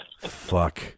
Fuck